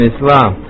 Islam